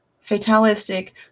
fatalistic